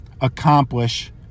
accomplish